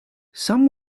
some